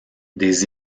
des